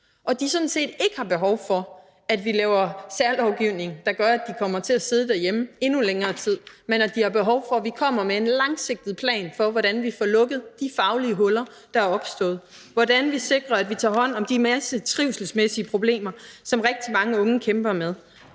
ikke har behov for, at vi laver særlovgivning, der gør, at de kommer til at sidde derhjemme endnu længere tid. De har behov for, at vi kommer med en langsigtet plan for, hvordan vi får lukket de faglige huller, der er opstået, og hvordan vi sikrer, at vi tager hånd om de mange trivselsmæssige problemer, som rigtig mange unge kæmper med,